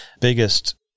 biggest